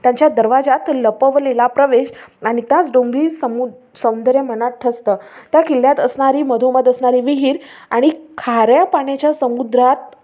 त्यांच्या दरवाज्यात लपवलेला प्रवेश आणि त्याच डोंगरी समु सौंदर्य मनात ठसतं त्या किल्ल्यात असणारी मधोमध असणारी विहीर आणि खाऱ्या पाण्याच्या समुद्रात